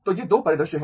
तो ये 2 परिदृश्य हैं